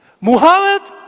Muhammad